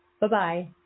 Bye-bye